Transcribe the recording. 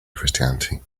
christianity